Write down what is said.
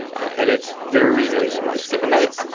and it's very noticeable, i skip a night,